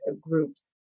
groups